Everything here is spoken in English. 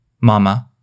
Mama